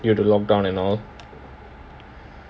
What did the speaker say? due to the lockdown and all